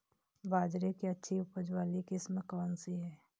बाजरे की अच्छी उपज वाली किस्म कौनसी है?